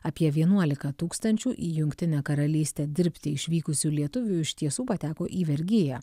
apie vienuolika tūkstančių į jungtinę karalystę dirbti išvykusių lietuvių iš tiesų pateko į vergiją